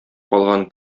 калган